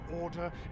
order